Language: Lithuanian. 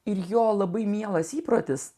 ir jo labai mielas įprotis